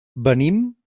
venim